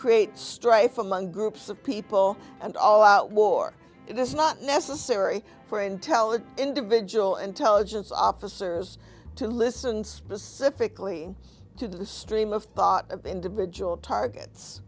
create strife among groups of people and all out war it is not necessary for intelligent individual intelligence officers to listen specifically to the stream of thought of individual targets